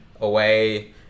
away